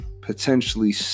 potentially